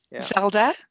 Zelda